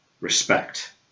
respect